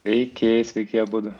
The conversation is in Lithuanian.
sveiki sveiki abudu